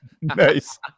Nice